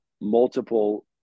multiple